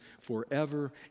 forever